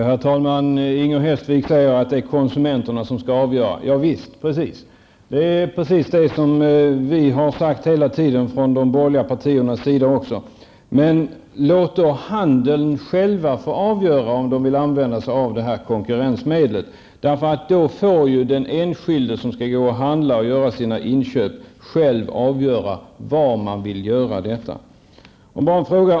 Herr talman! Inger Hestvik säger att det är konsumenterna som skall avgöra. Ja visst, det är precis det som vi från de borgerliga partiernas sida hela tiden också har sagt. Men låt då handeln själv få avgöra om den vill använda sig av detta konkurrensmedel. Då får den enskilde, som skall gå till butikerna och göra sina inköp, själv avgöra var han eller hon vill göra det.